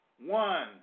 one